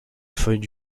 feuilles